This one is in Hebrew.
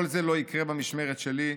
כל זה לא יקרה במשמרת שלי.